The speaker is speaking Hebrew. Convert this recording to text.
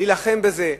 להילחם בזה.